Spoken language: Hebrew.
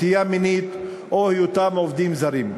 נטייה מינית או היותם עובדים זרים.